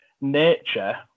nature